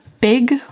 big